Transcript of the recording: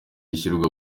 ishyirwa